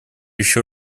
еще